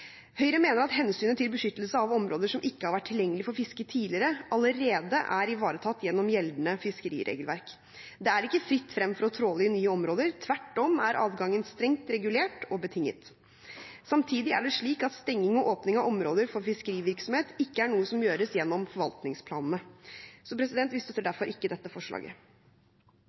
Høyre mener at hensynet til beskyttelse av områder som ikke har vært tilgjengelige for fiske tidligere, allerede er ivaretatt gjennom gjeldende fiskeriregelverk. Det er ikke fritt frem for å tråle i nye områder. Tvert om, adgangen er strengt regulert og betinget. Samtidig er det slik at stenging og åpning av områder for fiskerivirksomhet ikke er noe som gjøres gjennom forvaltningsplanene. Vi støtter derfor ikke dette forslaget.